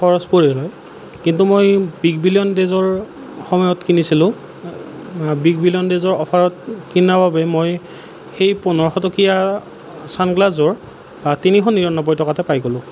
খৰচ পৰিল হয় কিন্তু মই বিগ বিলিয়ন ডেইজৰ সময়ত কিনিছিলোঁ বিগ বিলিয়ন ডেইজৰ অফাৰত কিনাৰ বাবে মই সেই পোন্ধৰশটকীয়া ছানগ্লাছযোৰ তিনিশ নিৰান্নব্বৈ টকাতে পাই গ'লোঁ